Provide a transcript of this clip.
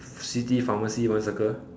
city pharmacy one circle